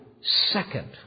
second